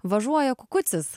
važuoja kukucis